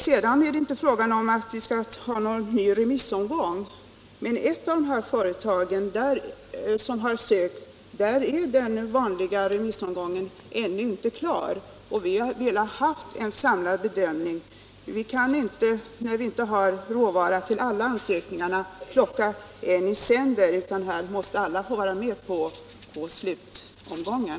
Det är inte fråga om att ha en ny remissomgång, men för ett av företagen som har sökt är den vanliga remissomgången ännu inte klar, och vi har velat ha en samlad bedömning. Vi kan inte, när det inte finns råvaror till alla ansökningar, plocka en i sänder, utan alla måste få vara med i slutomgången.